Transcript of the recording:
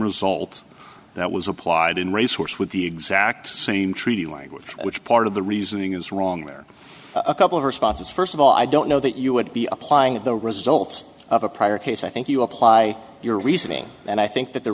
result that was applied in racehorse with the exact same treaty language which part of the reasoning is wrong there are a couple of responses first of all i don't know that you would be applying at the results of a prior case i think you apply your reasoning and i think that the